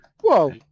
Whoa